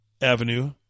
avenue